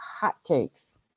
hotcakes